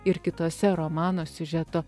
ir kitose romano siužeto